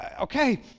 okay